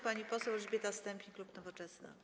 Pani poseł Elżbieta Stępień, klub Nowoczesna.